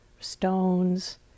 stones